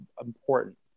important